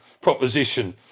proposition